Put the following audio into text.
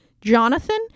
Jonathan